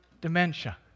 dementia